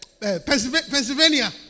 Pennsylvania